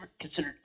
considered